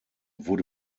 wurde